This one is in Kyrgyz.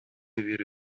бир